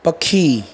पखी